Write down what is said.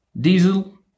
diesel